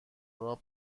راه